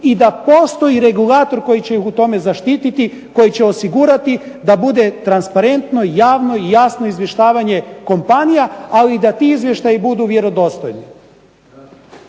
i da postoji regulator koji će ih u tome zaštititi, koji će osigurati da bude transparentno, javno i jasno izvještavanje kompanija, ali i da ti izvještaji budu vjerodostojni.